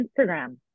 Instagram